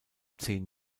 zehn